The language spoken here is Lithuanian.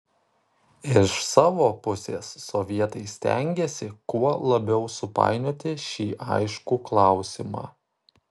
iš savo pusės sovietai stengėsi kuo labiau supainioti šį aiškų klausimą